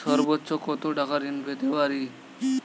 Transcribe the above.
সর্বোচ্চ কত টাকা ঋণ পেতে পারি?